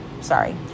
sorry